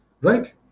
right